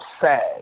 sad